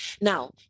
Now